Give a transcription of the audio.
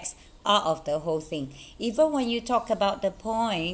out of the whole thing even when you talked about the point